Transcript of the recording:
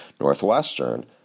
Northwestern